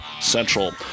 Central